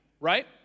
right